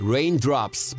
Raindrops